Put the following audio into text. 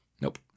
Nope